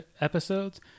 episodes